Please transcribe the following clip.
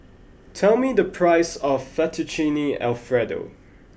tell me the price of Fettuccine Alfredo